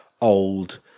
old